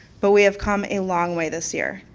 but we have come a long way this year.